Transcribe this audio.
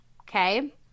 Okay